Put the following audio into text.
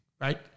right